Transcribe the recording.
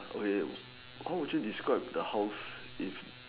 okay how would you describe the house if